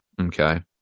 Okay